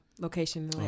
Location